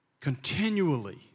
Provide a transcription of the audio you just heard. continually